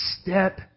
Step